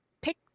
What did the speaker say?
pick